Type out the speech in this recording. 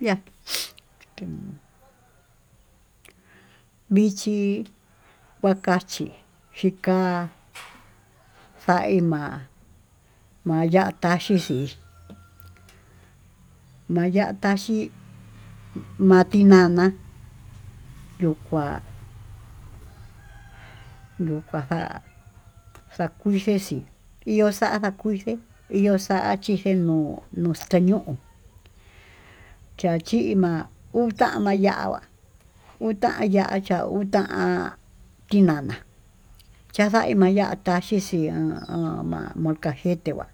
Yá vichí huakachí xhika'á xai ma'á maya taxhi xhí, maya'á taxhi ma'a tinana yuu kuá yuu kuá xakuxhe xii ihó kuuxa xakuxhé iho xa'a chikenuu nuxteñuu chachima'a utá, ha mayangua utá yaxhiá utá tinana chandaí maya'a tá tixia ha molcajeté nguá